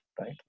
right